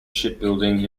shipbuilding